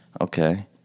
Okay